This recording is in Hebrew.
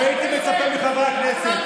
והייתי מצפה מחברי הכנסת,